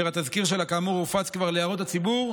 אשר התזכיר שלה, כאמור, כבר הופץ להערות הציבור,